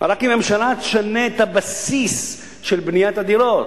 רק אם הממשלה תשנה את הבסיס של בניית הדירות,